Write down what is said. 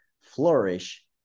flourish